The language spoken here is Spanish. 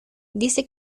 dice